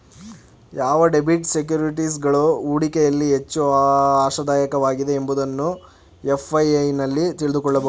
ಯಾವ ಡೆಬಿಟ್ ಸೆಕ್ಯೂರಿಟೀಸ್ಗಳು ಹೂಡಿಕೆಯಲ್ಲಿ ಹೆಚ್ಚು ಆಶಾದಾಯಕವಾಗಿದೆ ಎಂಬುದನ್ನು ಎಫ್.ಐ.ಎ ನಲ್ಲಿ ತಿಳಕೋಬೋದು